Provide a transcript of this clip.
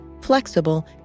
flexible